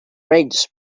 rains